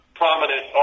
prominent